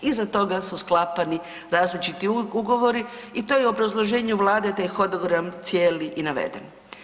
Iza toga su sklapani različiti ugovori i to je u obrazloženju vlade, taj hodogram cijeli i naveden.